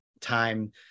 time